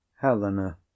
helena